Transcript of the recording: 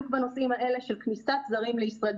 בנושאים האלה של כניסת זרים לישראל.